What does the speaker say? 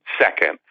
second